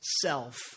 self